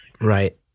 Right